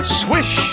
swish